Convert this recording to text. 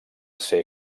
ser